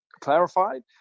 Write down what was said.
clarified